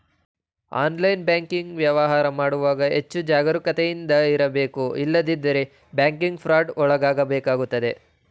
online banking ವ್ಯವಹಾರ ಮಾಡುವಾಗ ಹೆಚ್ಚು ಜಾಗರೂಕತೆಯಿಂದ ಇರಬೇಕು ಇಲ್ಲವಾದರೆ ಬ್ಯಾಂಕಿಂಗ್ ಫ್ರಾಡ್ ಒಳಗಾಗಬೇಕಾಗುತ್ತದೆ